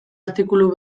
artikulu